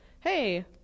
hey